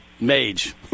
Mage